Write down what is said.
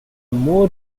more